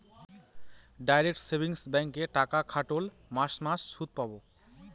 direct savings ব্যাঙ্কে টাকা খাটোল মাস মাস সুদ পাবো